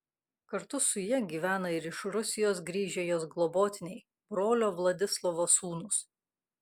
kartu su ja gyvena ir iš rusijos grįžę jos globotiniai brolio vladislovo sūnūs